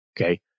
Okay